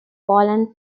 poland